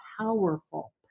powerful